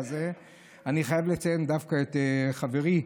אני חייב לציין דווקא את חברי,